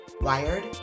Wired